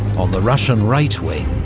on the russian right wing,